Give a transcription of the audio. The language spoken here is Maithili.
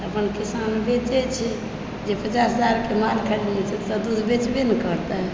अपन किसान बेचै छै जे पचास हजारके माल खरीदने छै से दूध बेचबे ने करतै